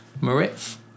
Moritz